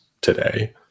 today